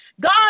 God